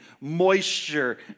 moisture